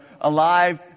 alive